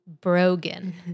brogan